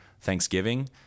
thanksgiving